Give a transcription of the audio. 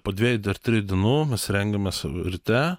po dviejų dar trijų dienų mes rengiamės ryte